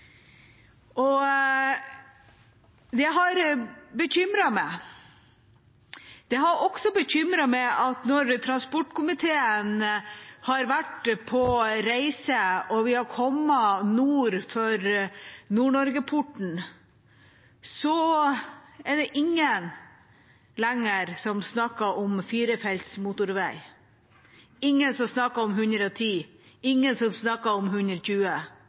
Det har bekymret meg. Det har også bekymret meg at når transportkomiteen har vært på reise og vi har kommet nord for Nord-Norge-porten, er det ingen lenger som snakker om firefelts motorvei. Det er ingen som snakker om 110, og ingen som snakker om 120.